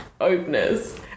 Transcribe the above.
openers